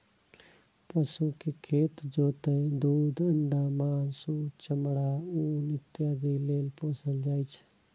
पशु कें खेत जोतय, दूध, अंडा, मासु, चमड़ा, ऊन इत्यादि लेल पोसल जाइ छै